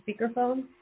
speakerphone